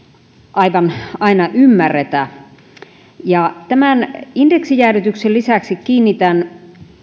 aivan aina ymmärretä tämän indeksijäädytyksen lisäksi kiinnitän